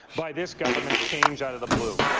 by this government's change out of the blue.